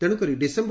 ତେଶୁକରି ଡିସେମ୍